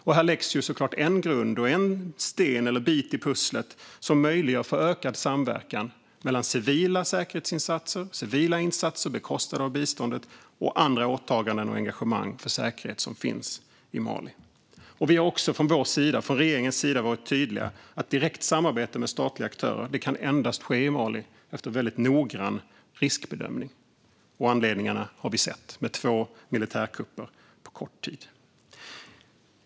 Här läggs en grund eller en bit i pusslet som möjliggör ökad samverkan mellan civila säkerhetsinsatser, civila insatser bekostade av biståndet och andra åtaganden och engagemang för säkerhet som finns i Mali. Vi har från regeringens sida varit tydliga med att direkt samarbete med statliga aktörer kan ske i Mali endast efter väldigt noggrann riskbedömning. Och anledningarna har vi sett, med två militärkupper på kort tid.